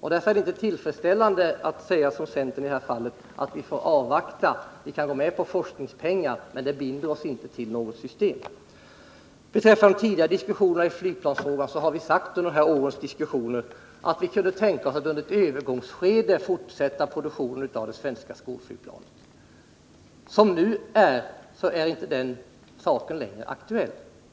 Därför är det inte tillfredsställande när centern i detta fall säger att man vill avvakta, att man kan gå med på att satsa forskningspengar men att man därmed inte binder sig till något system. I tidigare års diskussioner om flygplansfrågan har vi sagt att vi kunde tänka oss att man under ett övergångsskede fortsatte produktionen av det svenska skolflygplanet. Det nuvarande läget innebär att detta inte längre är aktuellt.